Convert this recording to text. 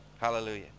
Hallelujah